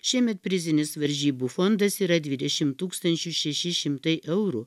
šiemet prizinis varžybų fondas yra dvidešim tūkstančių šeši šimtai eurų